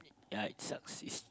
ya it sucks